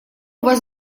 вас